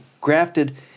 grafted